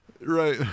Right